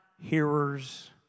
hearers